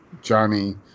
Johnny